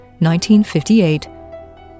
1958